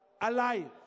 Alive